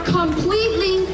completely